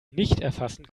nichterfassen